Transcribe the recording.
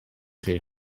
chi